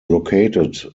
located